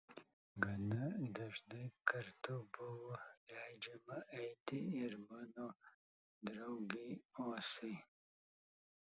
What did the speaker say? gana dažnai kartu buvo leidžiama eiti ir mano draugei osai